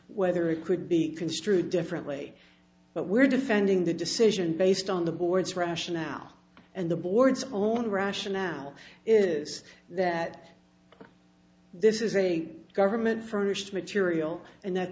whether it could be construed differently but we're defending the decision based on the board's rationale and the board's own rationale is that this is a government furnished material and that